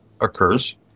occurs